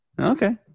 Okay